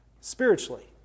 spiritually